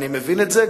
אני מבין את זה.